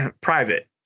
private